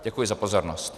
Děkuji za pozornost.